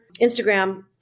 Instagram